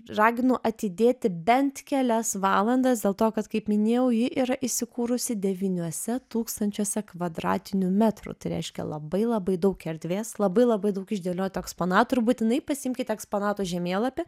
raginu atidėti bent kelias valandas dėl to kad kaip minėjau ji yra įsikūrusi devyniuose tūkstančiuose kvadratinių metrų tai reiškia labai labai daug erdvės labai labai daug išdėliotų eksponatų būtinai pasiimkite eksponatų žemėlapį